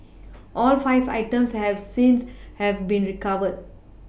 all five items have since have been recovered